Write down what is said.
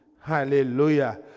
Hallelujah